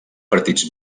partits